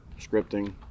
scripting